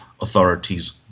authorities